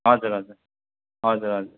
हजुर हजुर हजुर हजुर